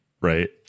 right